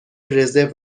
رزرو